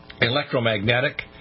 electromagnetic